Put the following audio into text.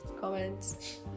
Comments